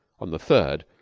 on the third,